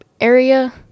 area